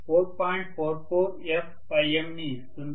44 f mని ఇస్తుంది